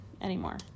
anymore